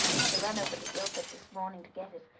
i had to run over to guildford this morning to get it.